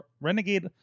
Renegade